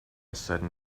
sudden